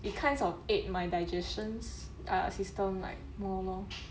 it kinds of aid my digestions system like more lor